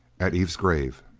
at eve's grave